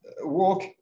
walk